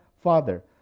Father